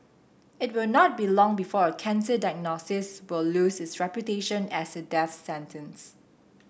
it will not be long before a cancer diagnosis will lose its reputation as a death sentence